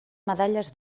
medalles